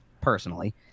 personally